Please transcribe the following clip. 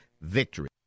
VICTORY